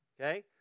Okay